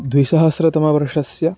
द्विसहस्रतमवर्षस्य